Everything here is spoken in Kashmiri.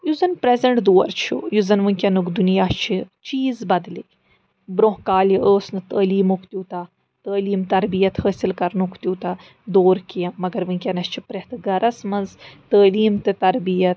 یُس زَن پرٛیٚزَنٛٹ دور چھُ یُس زَن وُنٛکیٚنُک دُنیا چھُ چیٖز بَدلے برٛونٛہہ کالہِ اوس نہٕ تعلیٖمُک تیٛوتاہ تعلیٖم تَربیت حٲصِل کَرنُک تیٛوتاہ دور کیٚنٛہہ مگر وُنٛکیٚنَس چھِ پرٛیٚتھ گھرَس منٛز تعلیٖم تہٕ تَربیت